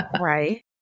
Right